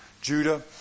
Judah